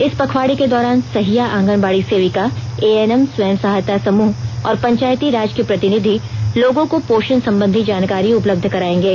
इस पखवाड़े के दौरान सहिया आंगनबाड़ी सेविका एएनएम स्वयं सहायता समूह और पंचायती राज के प्रतिनिधि लोगों को पोषण संबंधी जानकारी उपलब्ध कराएंगे